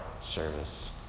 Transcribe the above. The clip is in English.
service